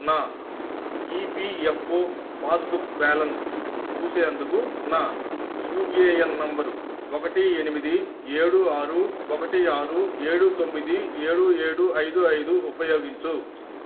నా EPFO passbook balance చూసేందుకు నా యూఏఎన్ నంబరు ఒకటి ఎనిమిది ఏడు ఆరు ఒకటి ఆరు ఏడు తొమ్మిది ఏడు ఏడు ఐదు ఐదు ఉపయోగించు